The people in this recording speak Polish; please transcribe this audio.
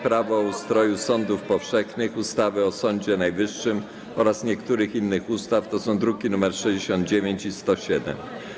Prawo o ustroju sądów powszechnych, ustawy o Sądzie Najwyższym oraz niektórych innych ustaw (druki nr 69 i 107)